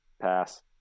Pass